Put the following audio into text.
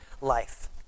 life